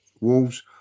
Wolves